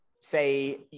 say